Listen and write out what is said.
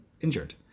injured